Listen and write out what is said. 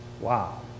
wow